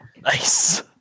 Nice